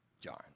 John